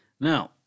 Now